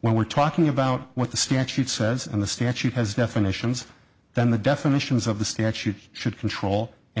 when we're talking about what the statute says and the statute has definitions then the definitions of the statute should control and it